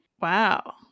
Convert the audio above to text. Wow